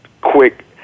quick